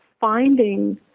finding